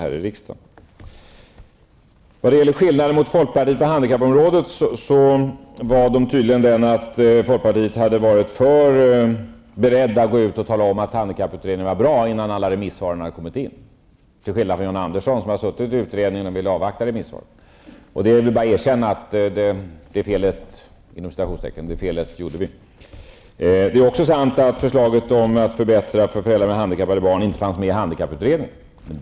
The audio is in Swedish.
En skillnad mellan folkpartiet och socialdemokraterna på handikappområdet var tydligen enligt Jan Andersson att man i folkpartiet hade varit för snabb med att gå ut och tala om att handikapputredningen var bra innan alla remissvar hade kommit in, till skillnad från Jan Andersson, som har suttit i utredningen och som vill avvakta remissvaren. Och det är väl bara att erkänna att vi gjorde det ''felet''. Det är också sant att förslaget om att förbättra för föräldrar med handikappade barn inte fanns med i handikapputredningen.